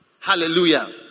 Hallelujah